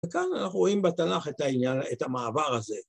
‫וכאן אנחנו רואים בתנ״ך ‫את המעבר הזה.